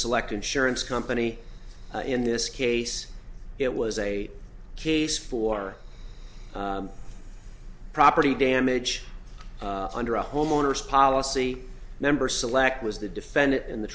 select insurance company in this case it was a case for property damage under a homeowner's policy number select was the defendant in the